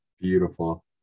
Beautiful